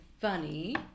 funny